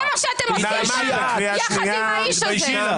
זה מה שאתם עושים יחד עם האיש הזה.